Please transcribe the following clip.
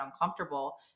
uncomfortable